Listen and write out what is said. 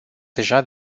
deja